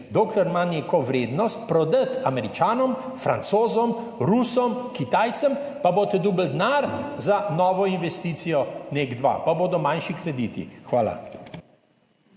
dokler ima neko vrednost, prodati Američanom, Francozom, Rusom, Kitajcem, pa boste dobili denar za novo investicijo NEK2 pa bodo manjši krediti. Hvala.